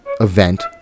event